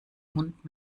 hund